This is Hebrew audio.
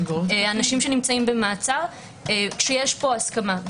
אנשים שנמצאים במעצר - כשיש פה הסכמה.